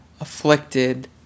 afflicted